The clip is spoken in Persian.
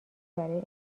برای